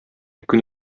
көн